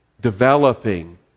developing